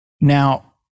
Now